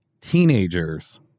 teenagers